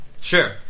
Sure